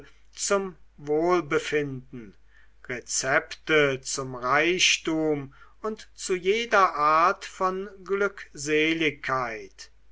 zum wohlbefinden rezepte zum reichtum und zu jeder art von